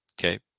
Okay